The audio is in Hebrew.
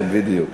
כן, בדיוק.